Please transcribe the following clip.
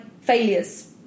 failures